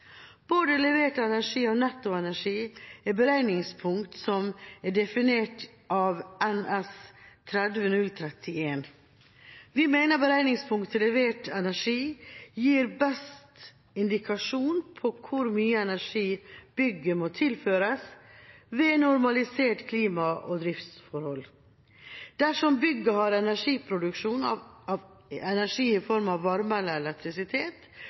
Både levert energi og netto energi er beregningspunkt som er definert av NS 3031. Vi mener beregningspunktet levert energi gir best indikasjon på hvor mye energi bygget må tilføres ved normaliserte klima- og driftsforhold. Dersom bygget har egenproduksjon av energi i form av varme eller elektrisitet,